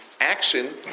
action